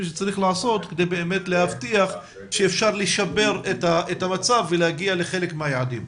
שצריך לעשות כדי להבטיח שאפשר לשפר את המצב ולהגיע לחלק מהיעדים.